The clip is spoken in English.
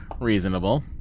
Reasonable